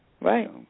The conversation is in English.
Right